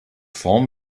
form